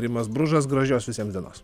rimas bružas gražios visiems dienos